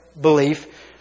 belief